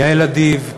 יעל אדיב,